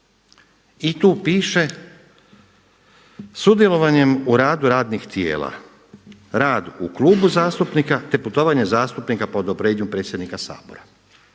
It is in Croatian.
i tu piše sudjelovanjem u radu radnih tijela, rad u klubu zastupnika, te putovanje zastupnika po odobrenju predsjednika Sabora,